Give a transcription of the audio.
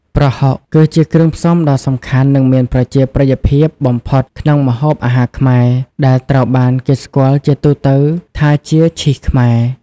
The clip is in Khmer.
ប្រហុក គឺជាគ្រឿងផ្សំដ៏សំខាន់ និងមានប្រជាប្រិយភាពបំផុតក្នុងម្ហូបអាហារខ្មែរ ដែលត្រូវបានគេស្គាល់ជាទូទៅថាជា "ឈីសខ្មែរ"។